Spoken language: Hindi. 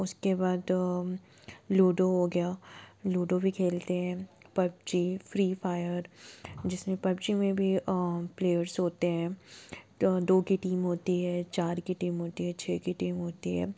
उसके बाद लूडो हो गया लूडो भी खेलते हैं पब्जी फ्री फायर जिसमें पब्जी में भी प्लेयर्स होते हैं दो की टीम होती है चार की टीम होती है छः की टीम होती है